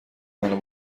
منو